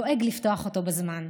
דואג לפתוח אותו בזמן.